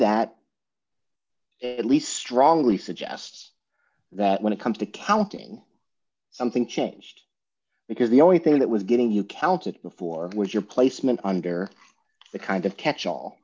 that at least strongly suggests that when it comes to counting something changed because the only thing that was getting you counted before was your placement under the kind of catch all